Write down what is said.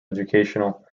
educational